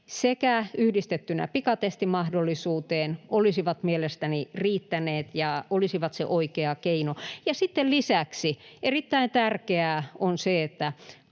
yhdistettynä pikatestimahdollisuuteen olisivat mielestäni riittäneet ja olisivat se oikea keino. Sitten lisäksi erittäin tärkeää on se,